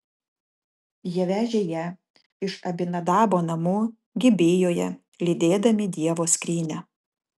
jie vežė ją iš abinadabo namų gibėjoje lydėdami dievo skrynią